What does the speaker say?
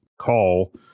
call